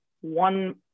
one